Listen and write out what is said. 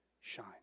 shine